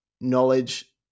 knowledge